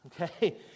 Okay